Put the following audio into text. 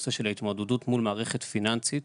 בנושא של ההתמודדות מול מערכת פיננסית,